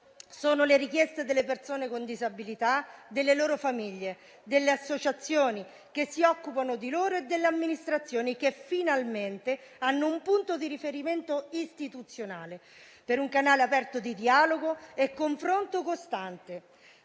le richieste delle persone con disabilità, delle loro famiglie, delle associazioni che si occupano di loro e delle amministrazioni, che finalmente hanno un punto di riferimento istituzionale e un canale aperto di dialogo e confronto costante.